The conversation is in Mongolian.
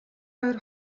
хоёр